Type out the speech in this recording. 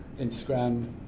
Instagram